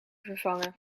vervangen